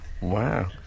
Wow